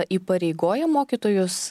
įpareigoja mokytojus